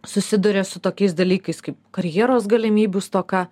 susiduria su tokiais dalykais kaip karjeros galimybių stoka